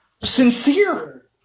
Sincere